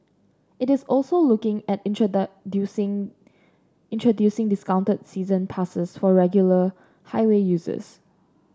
it is also looking at introducing discounted season passes for regular highway users